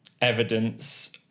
evidence